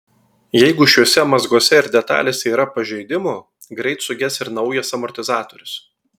jeigu šiuose mazguose ir detalėse yra pažeidimų greit suges ir naujas amortizatorius